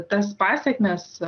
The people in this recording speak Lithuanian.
tas pasekmes